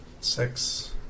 Six